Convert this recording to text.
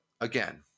Again